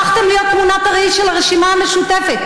הפכתם להיות תמונת הראי של הרשימה המשותפת.